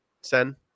Sen